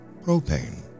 Propane